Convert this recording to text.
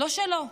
לא שלו.